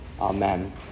Amen